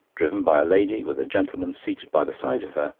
driven by a lady, with a gentleman seated by the side of her,